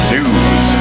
News